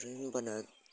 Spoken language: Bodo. बे होमब्लाना